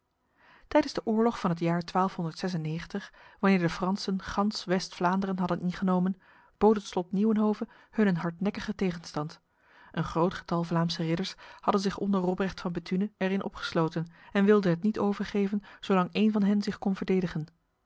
tijdens de oorlog van het jaar wanneer de fransen gans west vlaanderen hadden ingenomen bood het slot nieuwenhove hun een hardnekkige tegenstand een groot getal vlaamse ridders hadden zich onder robrecht van bethune erin opgesloten en wilden het niet overgeven zolang één van hen zich kon verdedigen